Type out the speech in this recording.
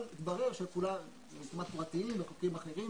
אבל התברר שיש חוקים אחרים,